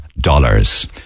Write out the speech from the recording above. dollars